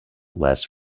last